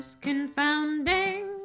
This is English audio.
Confounding